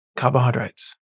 Carbohydrates